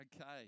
Okay